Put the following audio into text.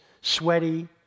sweaty